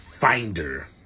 finder